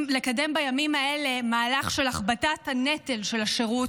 בימים האלה מהלך של הכבדת הנטל של השירות,